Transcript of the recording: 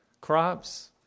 crops